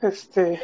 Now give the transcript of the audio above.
Este